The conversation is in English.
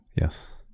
yes